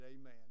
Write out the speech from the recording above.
amen